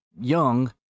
young